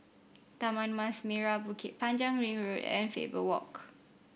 Taman Mas Merah Bukit Panjang Ring Road and Faber Walk